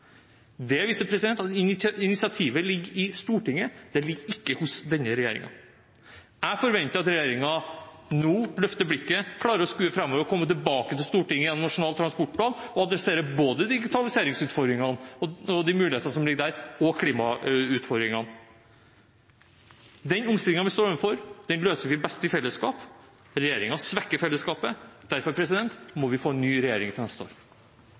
Det viser at initiativet ligger i Stortinget, det ligger ikke hos denne regjeringen. Jeg forventer at regjeringen nå løfter blikket, klarer å skue framover og komme tilbake til Stortinget gjennom Nasjonal transportplan og adressere både digitaliseringsutfordringene, de mulighetene som ligger der, og klimautfordringene. Den omstillingen vi står overfor, løser vi best i fellesskap. Regjeringen svekker fellesskapet. Derfor må vi få en ny regjering neste år.